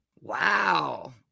Wow